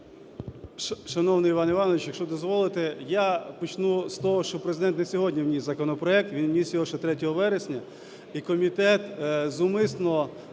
Шановний Іван Іванович, якщо дозволите, я почну з того, що Президент не сьогодні вніс законопроект. Він вніс його ще 3 вересня. І комітет зумисно